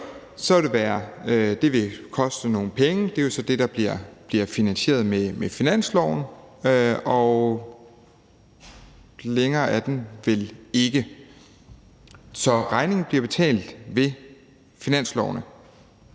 om regningen. Det vil koste nogle penge, og det er jo så det, der bliver finansieret med finansloven, og længere er den vel ikke. Så regningen bliver betalt ved finanslovene.